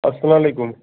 اَسلامُ علیکُم